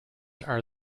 are